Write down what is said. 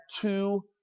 two